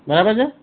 બરાબર છે